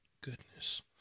goodness